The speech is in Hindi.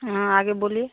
हाँ आगे बोलिए